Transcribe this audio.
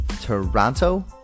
Toronto